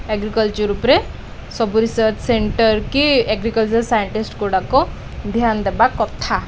agriculture ଉପରେ ସବୁ research centre କି ଏଗ୍ରିକଲଚର ସାଇଣ୍ଟିଷ୍ଟଗୁଡ଼ାକ ଧ୍ୟାନ ଦେବା କଥା